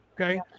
okay